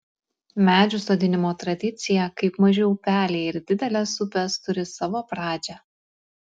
medžių sodinimo tradicija kaip maži upeliai ir didelės upės turi savo pradžią